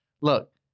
look